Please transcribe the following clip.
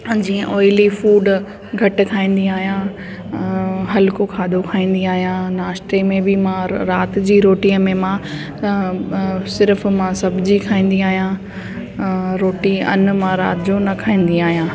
जीअं oily food घटि खाईंदी आहियां हलिको खाधो खाईंदी आहियां नाश्ते में बि मां राति जी रोटीअ में मां सिर्फ़ु मां सब्जी खाईंदी आहियां रोटी अन मां राति जो न खाईंदी आहियां